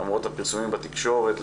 למרות הפרסומים בתקשורת,